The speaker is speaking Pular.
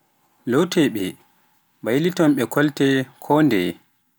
loteɓe baylonnonɓe kolte kondeye.